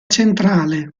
centrale